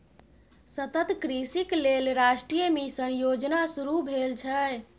सतत कृषिक लेल राष्ट्रीय मिशन योजना शुरू भेल छै